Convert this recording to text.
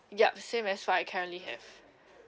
yup same as what I currently have